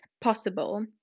possible